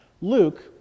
Luke